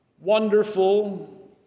wonderful